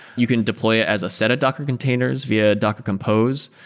you can deploy it as a set of docker containers via docker compose.